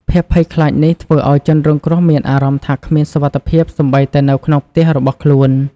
ភាពភ័យខ្លាចនេះធ្វើឲ្យជនរងគ្រោះមានអារម្មណ៍ថាគ្មានសុវត្ថិភាពសូម្បីតែនៅក្នុងផ្ទះរបស់ខ្លួន។